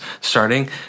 starting